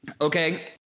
Okay